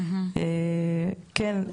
כן,